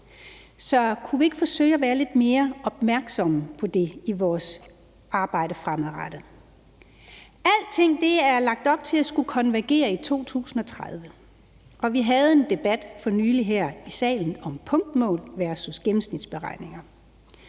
Så kunne vi ikke forsøge at være lidt mere opmærksomme på det i vores arbejde fremadrettet? Alting er lagt op til at skulle konvergere i 2030, og vi havde en debat for nylig her i salen om punktmål versus gennemsnitsberegninger.